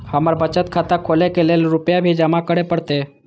हमर बचत खाता खोले के लेल रूपया भी जमा करे परते?